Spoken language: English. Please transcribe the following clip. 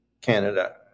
Canada